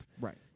Right